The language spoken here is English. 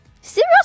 Serious